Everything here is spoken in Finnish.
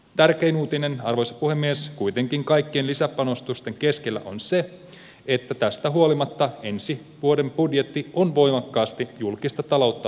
tärkein uutinen arvoisa puhemies kuitenkin kaikkien lisäpanostusten keskellä on se että tästä huolimatta ensi vuoden budjetti on voimakkaasti julkista taloutta tervehdyttävä